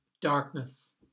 darkness